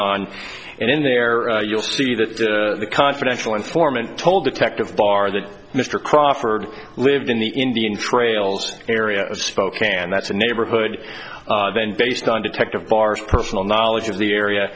on and in there you'll see that the confidential informant told detective barr that mr crawford lived in the indian trails area of spokane and that's a neighborhood then based on detective barres personal knowledge of the area